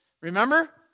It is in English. Remember